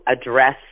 address